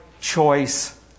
choice